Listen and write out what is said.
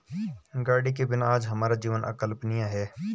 गाड़ी के बिना आज हमारा जीवन अकल्पनीय है